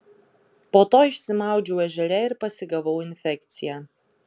po to išsimaudžiau ežere ir pasigavau infekciją